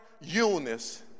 Eunice